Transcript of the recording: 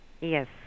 Yes